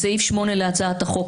בסעיף 8 להצעת החוק,